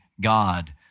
God